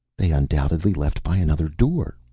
they undoubtedly left by another door,